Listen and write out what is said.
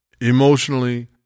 Emotionally